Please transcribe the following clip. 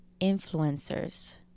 influencers